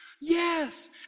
Yes